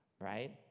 right